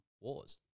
wars